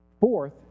Fourth